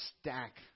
stack